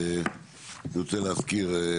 אני רוצה להזכיר,